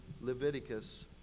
Leviticus